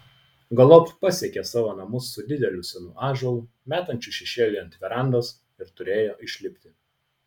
galop pasiekė savo namus su dideliu senu ąžuolu metančiu šešėlį ant verandos ir turėjo išlipti